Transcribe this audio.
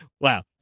wow